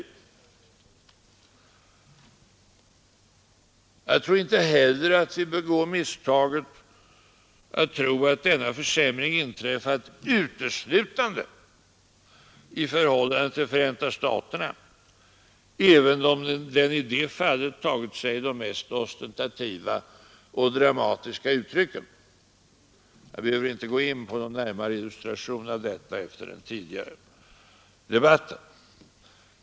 Jag menar inte heller att vi skall begå misstaget att tro att denna försämring inträffat uteslutande i förhållande i Förenta staterna, även om den i det fallet tagit sig de mest ostentativa och dramatiska uttrycken. Jag behöver inte gå in på någon närmare illustration av detta efter den tidigare debatten.